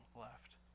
left